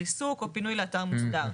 ריסוק או פינוי לאתר מוסדר.